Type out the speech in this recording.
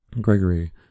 Gregory